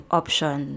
option